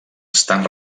estan